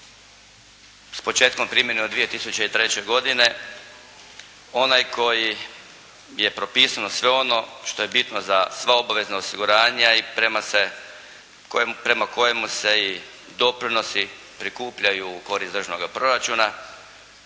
s početkom primjene od 2003. godine onaj kojim je propisano sve ono što je bitno za sva obvezna osiguranja i prema kojemu se i doprinosi prikupljaju u korist državnoga proračuna,